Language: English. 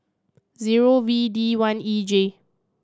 zero V D one E J